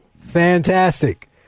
Fantastic